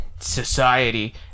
Society